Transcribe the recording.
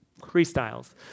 freestyles